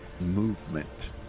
movement